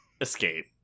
escape